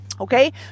Okay